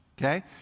okay